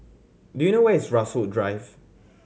do you know where is Rasok Drive